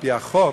על-פי החוק,